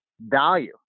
value